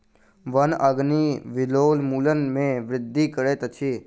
वन अग्नि वनोन्मूलन में वृद्धि करैत अछि